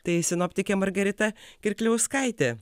tai sinoptikė margarita kirkliauskaitė